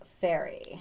Fairy